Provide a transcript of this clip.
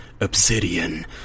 Obsidian